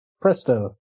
Presto